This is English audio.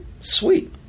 Sweet